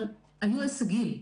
אבל היו הישגים,